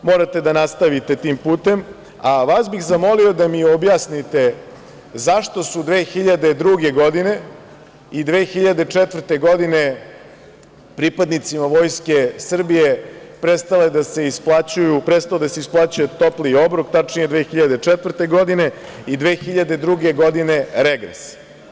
Morate da nastavite tim putem, a vas bih zamolio da mi objasnite zašto je 2002. godine i 2004. godine pripadnicima Vojske Srbije prestao da se isplaćuje topli obrok, tačnije od 2004. godine i 2002. godine regres?